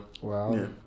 Wow